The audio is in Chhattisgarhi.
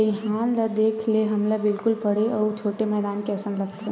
दईहान ल देखे ले हमला बिल्कुल बड़े अउ छोटे मैदान के असन लगथे